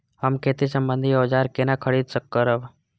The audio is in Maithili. हम खेती सम्बन्धी औजार केना खरीद करब?